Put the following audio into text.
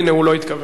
הנה, הוא לא התכוון.